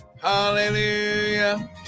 Hallelujah